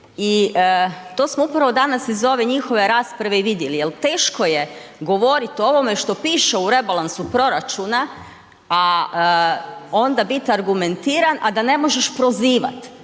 i to smo upravo danas iz ove njihove rasprave i vidjeli jel teško je govorit o ovome što piše u rebalansu proračuna, a onda bit argumentiran, a da ne možeš prozivat,